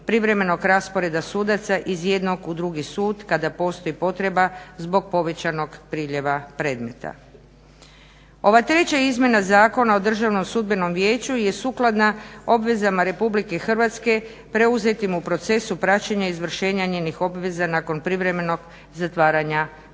privremenog rasporeda sudaca iz jednog u drugi sud kada postoji potreba zbog povećanog priljeva predmeta. Ova treća izmjena Zakona o Državnom sudbenom vijeću je sukladna obvezama RH preuzetim u procesu praćenja izvršenja njenih obveza nakon privremenog zatvaranja poglavlja